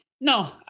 No